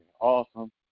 awesome